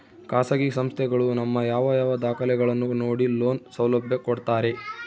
ಖಾಸಗಿ ಸಂಸ್ಥೆಗಳು ನಮ್ಮ ಯಾವ ಯಾವ ದಾಖಲೆಗಳನ್ನು ನೋಡಿ ಲೋನ್ ಸೌಲಭ್ಯ ಕೊಡ್ತಾರೆ?